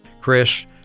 Chris